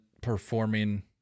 performing